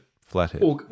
flathead